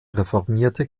reformierte